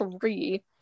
three